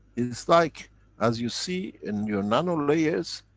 it's like as you see in your nano-layers,